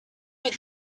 you